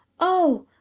oh!